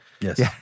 Yes